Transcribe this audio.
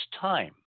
time